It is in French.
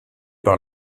par